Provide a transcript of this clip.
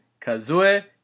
Kazue